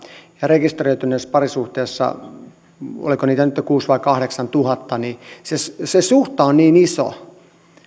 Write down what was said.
ja rekisteröityneessä parisuhteessa oliko niitä nytten kuusituhatta vai kahdeksantuhatta niin se epäsuhta on niin iso